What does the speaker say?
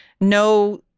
no